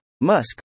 Musk